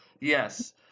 Yes